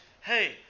hey